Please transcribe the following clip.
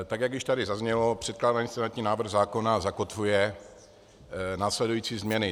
Tak jak už tady zaznělo, předkládaný senátní návrh zákona zakotvuje následující změny.